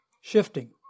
shifting